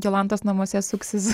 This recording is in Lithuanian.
jolantos namuose suksis